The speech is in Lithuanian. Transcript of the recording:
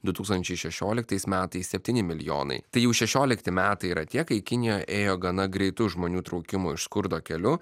du tūkstančiai šešioliktais metais septyni milijonai tai jau šešiolikti metai yra tie kai kinijoj ėjo gana greitu žmonių traukimu iš skurdo keliu